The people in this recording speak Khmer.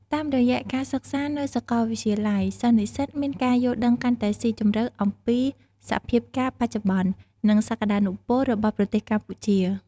តាមរយៈការសិក្សានៅសាកលវិទ្យាល័យ សិស្សនិស្សិតមានការយល់ដឹងកាន់តែស៊ីជម្រៅអំពីសភាពការណ៍បច្ចុប្បន្ន និងសក្ដានុពលរបស់ប្រទេសកម្ពុជា។